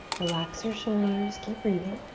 relax your shoulders, keep breathing.